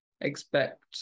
expect